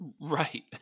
Right